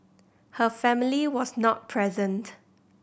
her family was not present